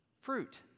fruit